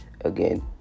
again